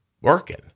working